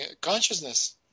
consciousness